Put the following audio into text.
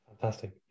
Fantastic